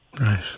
Right